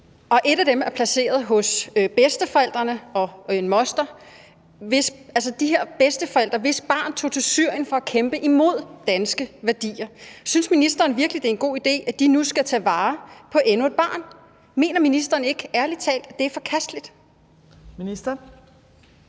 ét af dem er placeret hos bedsteforældrene og en moster – bedsteforældre, hvis barn tog til Syrien for at kæmpe imod danske værdier. Synes ministeren virkelig, det er en god idé, at de nu skal tage vare på endnu et barn? Mener ministeren ærlig talt ikke, at det er forkasteligt? Kl.